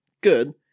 good